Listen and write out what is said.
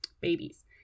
babies